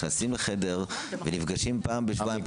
נכנסים לחדר ונפגשים פעם בשבועיים,